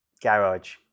garage